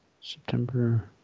September